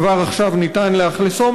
כבר עכשיו ניתן לאכלסו,